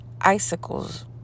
icicles